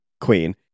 queen